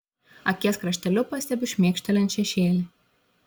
akies krašteliu pastebiu šmėkštelint šešėlį